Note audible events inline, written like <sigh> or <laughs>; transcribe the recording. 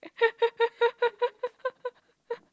<laughs>